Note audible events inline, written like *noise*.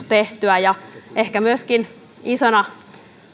*unintelligible* tehtyä ja ehkä myöskin isona